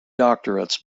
doctorates